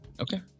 okay